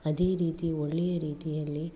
ಅದೇ ರೀತಿ ಒಳ್ಳೆಯ ರೀತಿಯಲ್ಲಿ